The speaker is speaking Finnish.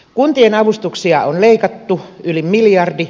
kuntien avustuksia on leikattu yli miljardi